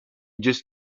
just